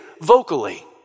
vocally